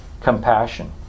compassion